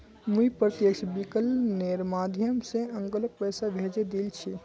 मुई प्रत्यक्ष विकलनेर माध्यम स अंकलक पैसा भेजे दिल छि